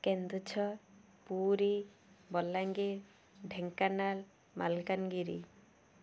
Keonjhar Puri Balangir Dhenkanal Malkangiri